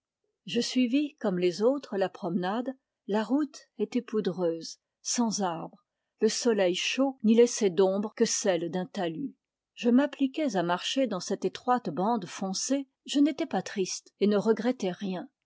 je suivis comme les autres la promenade la route était poudreuse sans arbre le soleil chaud n'y laissait d'ombre que celle d'un talus je m'appliquais à marcher dans cette étroite bande foncée je n'étais pas triste et ne regrettais rien